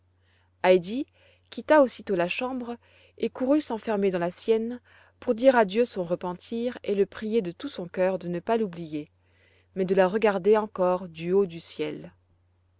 quitta aussitôt la chambre et courut s'enfermer dans la sienne pour dire à dieu son repentir et le prier de tout son cœur de ne pas l'oublier mais de la regarder encore du haut du ciel